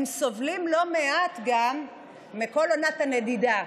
הם סובלים לא מעט גם מכל עונת הנדידה.